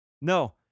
No